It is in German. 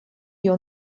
wir